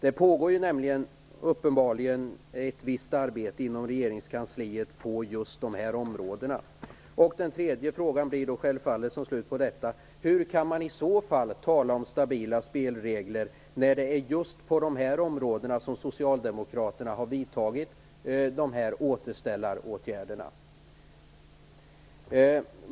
Uppenbarligen pågår ett visst arbete inom regeringskansliet på just dessa områden. Den tredje frågan gäller självfallet hur man i så fall kan tala om stabila spelregler när det är just på de här områdena som socialdemokraterna har vidtagit återställaråtgärder.